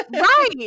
Right